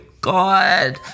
God